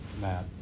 Matt